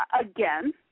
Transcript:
again